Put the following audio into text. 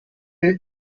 hier